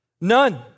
None